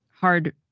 hard